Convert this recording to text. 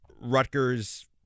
Rutgers